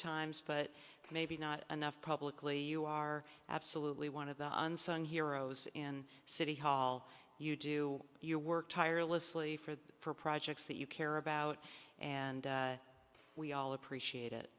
times but maybe not enough publicly you are absolutely one of the unsung heroes in city hall you do your work tirelessly for the for projects that you care about and we all appreciate it